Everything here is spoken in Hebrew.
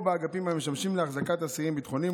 או באגפים המשמשים להחזקת אסירים ביטחוניים,